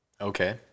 Okay